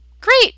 Great